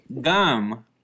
Gum